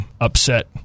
upset